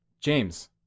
James